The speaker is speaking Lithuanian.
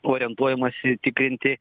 orientuojamasi tikrinti